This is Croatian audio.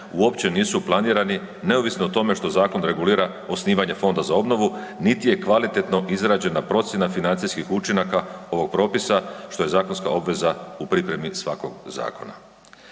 uopće nisu planirani neovisno o tome što zakon regulira osnivanje Fonda za obnovu niti je kvalitetno izrađena procjena financijskih učinaka ovog propisa što je zakonska obveza u pripremi svakog zakona.